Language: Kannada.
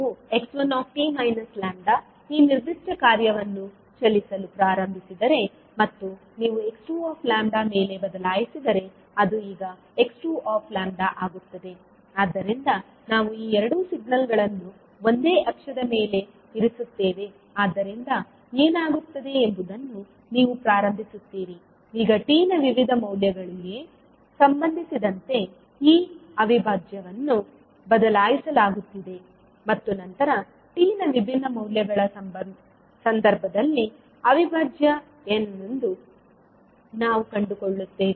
ಈಗ ನೀವು x1t λ ಈ ನಿರ್ದಿಷ್ಟ ಕಾರ್ಯವನ್ನು ಚಲಿಸಲು ಪ್ರಾರಂಭಿಸಿದರೆ ಮತ್ತು ನೀವು x2 ಮೇಲೆ ಬದಲಾಯಿಸಿದರೆ ಅದು ಈಗ x2 ಆಗುತ್ತದೆ ಆದ್ದರಿಂದ ನಾವು ಈ ಎರಡೂ ಸಿಗ್ನಲ್ಗಳನ್ನು ಒಂದೇ ಅಕ್ಷದ ಮೇಲೆ ಇರಿಸುತ್ತೇವೆ ಆದ್ದರಿಂದ ಏನಾಗುತ್ತದೆ ಎಂಬುದನ್ನು ನೀವು ಪ್ರಾರಂಭಿಸುತ್ತೀರಿ ಈಗ t ನ ವಿವಿಧ ಮೌಲ್ಯಗಳಿಗೆ ಸಂಬಂಧಿಸಿದಂತೆ ಈ ಅವಿಭಾಜ್ಯವನ್ನು ಬದಲಾಯಿಸಲಾಗುತ್ತಿದೆ ಮತ್ತು ನಂತರ t ನ ವಿಭಿನ್ನ ಮೌಲ್ಯಗಳ ಸಂದರ್ಭಗಳಲ್ಲಿ ಅವಿಭಾಜ್ಯ ಏನೆಂದು ನಾವು ಕಂಡುಕೊಳ್ಳುತ್ತೇವೆ